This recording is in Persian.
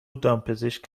دامپزشک